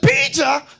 Peter